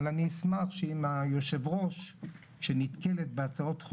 אבל אני אשמח שאם יושבת הראש של הוועדה,